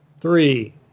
three